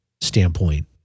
standpoint